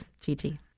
Gigi